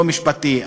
לא משפטי.